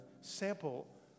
sample